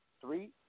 three